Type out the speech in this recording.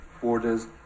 borders